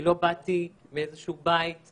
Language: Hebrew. לא באתי עם תמיכה מהבית,